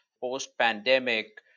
post-pandemic